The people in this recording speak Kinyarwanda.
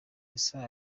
gusa